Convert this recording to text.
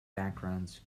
backgrounds